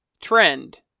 trend